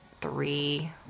three